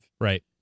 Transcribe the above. Right